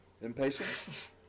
Impatient